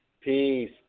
Peace